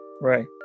Right